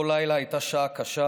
אותו לילה הייתה שעה קשה,